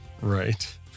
Right